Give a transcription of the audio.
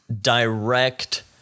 direct